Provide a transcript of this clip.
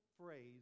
phrase